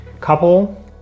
couple